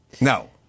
No